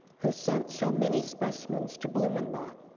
who sent so many specimens to blumenbach.